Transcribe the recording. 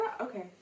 okay